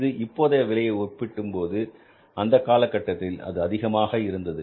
இது இப்போதைய விலையை ஒப்பிடும்போது அந்த காலகட்டத்தில் அது அதிகமாக இருந்தது